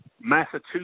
Massachusetts